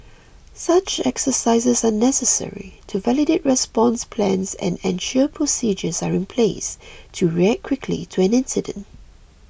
such exercises are necessary to validate response plans and ensure procedures are in place to react quickly to an incident